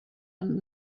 and